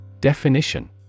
Definition